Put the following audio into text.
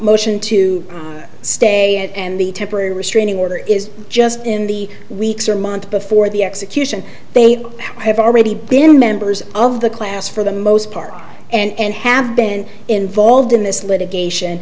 motion to stay and the temporary restraining order is just in the weeks or months before the execution they have already been members of the class for the most part and have been involved in this litigation